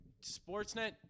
Sportsnet